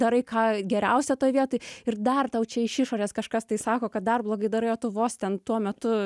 darai ką geriausia toj vietoj ir dar tau čia iš išorės kažkas tai sako kad dar blogai darai o tu vos ten tuo metu